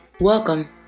Welcome